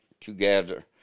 together